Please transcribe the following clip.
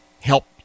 help